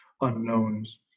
unknowns